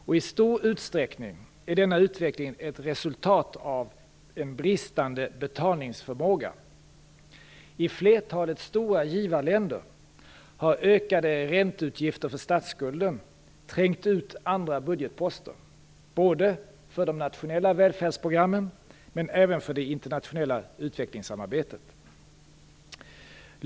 I stor utsträckning är denna utveckling ett resultat av bristande betalningsförmåga. I flertalet stora givarländer har ökade ränteutgifter för statsskulden trängt ut andra budgetposter, både för de nationella välfärdsprogrammen och för det internationella utvecklingssamarbetet.